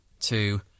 two